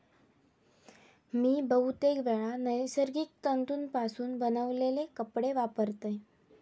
मी बहुतेकवेळा नैसर्गिक तंतुपासून बनवलेले कपडे वापरतय